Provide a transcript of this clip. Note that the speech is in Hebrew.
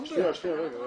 שניה, רגע.